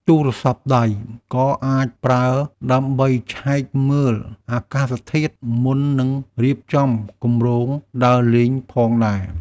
ទូរស័ព្ទដៃ ក៏អាចប្រើដើម្បីឆែកមើលអាកាសធាតុ មុននឹងរៀបចំគម្រោងដើរលេងផងដែរ។